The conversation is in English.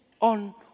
on